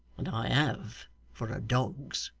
and i have for a dog's